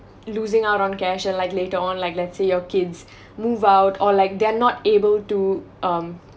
losing out on cash and like later on like let's say your kids move out or like they're not able to um